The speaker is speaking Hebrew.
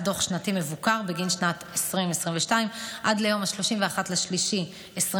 למסור דוח שנתי מבוקר בגין שנת 2022 עד ליום 31 במרץ 2023,